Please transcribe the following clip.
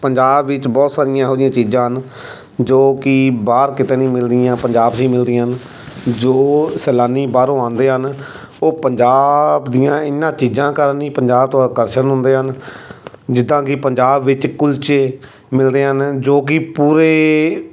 ਪੰਜਾਬ ਵਿੱਚ ਬਹੁਤ ਸਾਰੀਆਂ ਇਹੋ ਜਿਹੀਆਂ ਚੀਜ਼ਾਂ ਹਨ ਜੋ ਕਿ ਬਾਹਰ ਕਿਤੇ ਨਹੀਂ ਮਿਲਦੀਆਂ ਪੰਜਾਬ 'ਚ ਹੀ ਮਿਲਦੀਆਂ ਹਨ ਜੋ ਸੈਲਾਨੀ ਬਾਹਰੋਂ ਆਉਂਦੇ ਹਨ ਉਹ ਪੰਜਾਬ ਦੀਆਂ ਇਹਨਾਂ ਚੀਜ਼ਾਂ ਕਾਰਨ ਹੀ ਪੰਜਾਬ ਤੋਂ ਆਕਰਸ਼ਨਣ ਹੁੰਦੇ ਹਨ ਜਿੱਦਾਂ ਕਿ ਪੰਜਾਬ ਵਿੱਚ ਕੁਲਚੇ ਹਨ ਜੋ ਕਿ ਪੂਰੇ